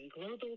Global